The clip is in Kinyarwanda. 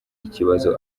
ikibazo